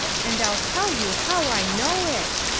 and i'll tell you how i know it.